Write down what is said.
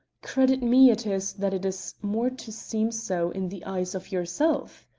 credit me it is that it is more to seem so in the eyes of yourself,